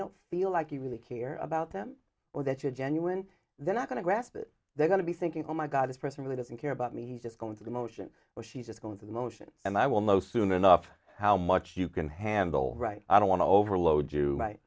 don't feel like you really care about them or that you're genuine they're not going to grasp it they're going to be thinking oh my god this person really doesn't care about me just going to the motion or she's just going through the motions and i will know soon enough how much you can handle right i don't want to overload you